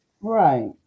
Right